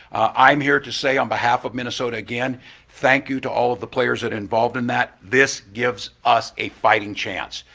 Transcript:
i'm here to say on behalf of minnesota again thank you to all of the players involved in that, this gives us a fighting chance.